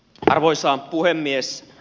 arvoisa puhemies